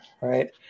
right